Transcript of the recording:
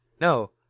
No